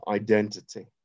identity